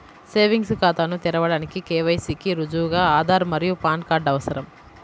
savings ఖాతాను తెరవడానికి KYC కి రుజువుగా ఆధార్ మరియు పాన్ కార్డ్ అవసరం